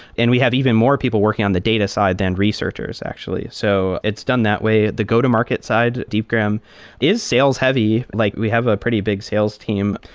and we have even more people working on the data side than researchers actually. so it's done that way. the go-to-market side, deepgram is sales-heavy. like we have a pretty big sales team.